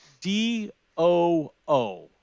D-O-O